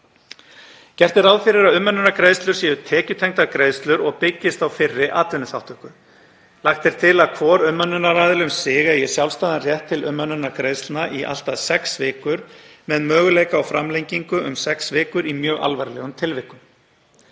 Gert er ráð fyrir að umönnunargreiðslur séu tekjutengdar greiðslur og byggist á fyrri atvinnuþátttöku. Lagt er til að hvor umönnunaraðili um sig eigi sjálfstæðan rétt til umönnunargreiðslna í allt að sex vikur með möguleika á framlengingu um sex vikur í mjög alvarlegum tilvikum.